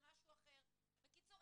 בקיצור,